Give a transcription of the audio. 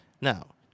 Now